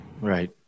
Right